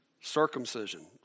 Circumcision